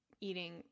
eating